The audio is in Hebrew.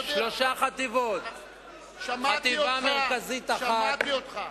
16:05. שמעתי אותך.